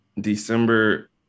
December